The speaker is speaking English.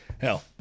hell